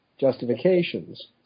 justifications